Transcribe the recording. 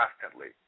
constantly